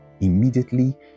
Immediately